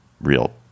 real